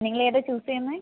നിങ്ങൾ ഏതാ ചൂസ് ചെയ്യുന്നേ